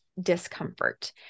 discomfort